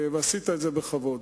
ועשית את זה בכבוד,